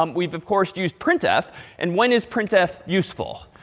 um we've of course used printf and when is printf useful?